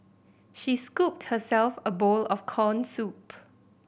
she scooped herself a bowl of corn soup